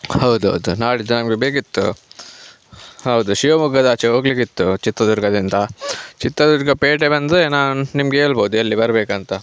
ಹೌದೌದು ನಾಡಿದ್ದು ನಮಗೆ ಬೇಕಿತ್ತು ಹೌದು ಶಿವಮೊಗ್ಗದಾಚೆ ಹೋಗಲಿಕಿತ್ತು ಚಿತ್ರದುರ್ಗದಿಂದ ಚಿತ್ರದುರ್ಗ ಪೇಟೆ ಬಂದರೆ ನಾನು ನಿಮಗೆ ಹೇಳ್ಬೋದು ಎಲ್ಲಿ ಬರಬೇಕಂತ